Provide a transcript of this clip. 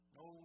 no